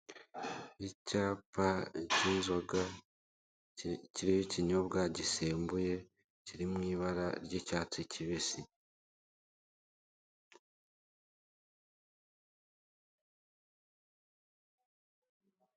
Icyapa k'inzoga kiriho ikinyobwa gisembuye kiri mu ibara ry'icyatsi kibisi.